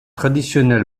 traditionnel